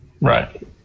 Right